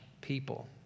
people